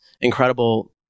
incredible